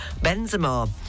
Benzema